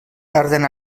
tarden